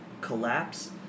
collapse